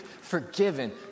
forgiven